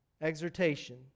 exhortation